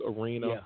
arena